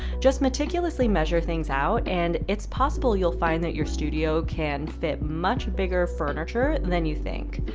just meticulously measure things out, and it's possible you'll find that your studio can fit much bigger furniture than you think.